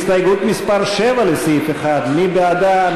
הסתייגות מס' 7 לסעיף 1, מי בעדה?